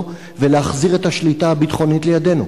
ולהחזיר את השליטה הביטחונית לידינו?